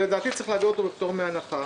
לדעתי צריך להעביר אותו בפטור מהנחה.